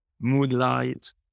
moonlight